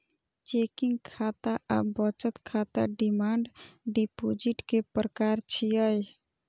checking खाता आ बचत खाता डिमांड डिपोजिट के प्रकार छियै